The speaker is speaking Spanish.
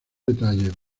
detalles